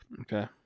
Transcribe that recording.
okay